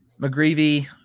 McGreevy